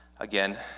Again